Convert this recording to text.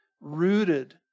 rooted